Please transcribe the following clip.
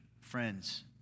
friends